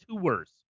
tours